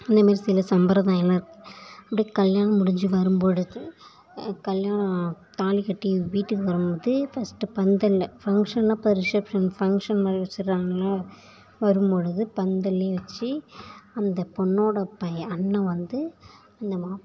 அதே மாரி சில சம்பரதாயலாம் இருக் அப்படியே கல்யாணம் முடிஞ்சி வரும் பொழுது கல்யாணம் தாலி கட்டி வீட்டுக்கு வரும் போது ஃபர்ஸ்டு பந்தல்லு ஃபங்க்ஷன்லாம் இப்போ ரிசப்ஷன் ஃபங்க்ஷன் மாதிரி வச்சிர்றாங்கள்ல வரும் பொழுது பந்தல்லே வச்சி அந்த பொண்ணோடய பையன் அண்ணன் வந்து அந்த மாப்பிள